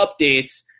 updates